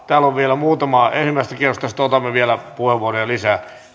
täällä on vielä muutama ensimmäistä kierrosta sitten otamme vielä puheenvuoroja lisää